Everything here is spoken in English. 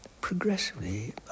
progressively